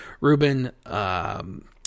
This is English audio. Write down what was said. Ruben